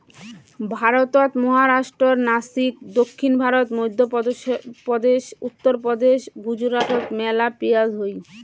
ভারতত মহারাষ্ট্রর নাসিক, দক্ষিণ ভারত, মইধ্যপ্রদেশ, উত্তরপ্রদেশ, গুজরাটত মেলা পিঁয়াজ হই